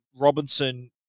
Robinson –